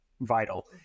vital